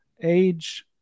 age